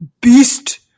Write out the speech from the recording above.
beast